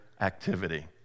activity